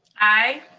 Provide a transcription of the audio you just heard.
aye.